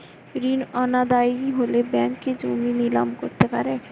ঋণ অনাদায়ি হলে ব্যাঙ্ক কি জমি নিলাম করতে পারে?